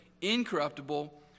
incorruptible